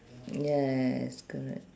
yes correct